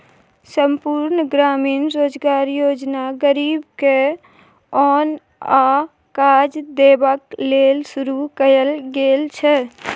संपुर्ण ग्रामीण रोजगार योजना गरीब के ओन आ काज देबाक लेल शुरू कएल गेल छै